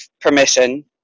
permission